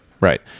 right